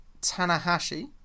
Tanahashi